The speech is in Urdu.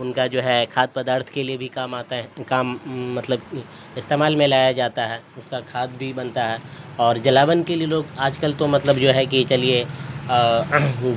ان کا جو ہے کھاد پدارتھ کے لیے بھی کام آتا ہے کام مطلب استعمال میں لایا جاتا ہے اس کا کھاد بھی بنتا ہے اور جلاون کے لیے لوگ آج کل تو مطلب جو ہے کہ چلیے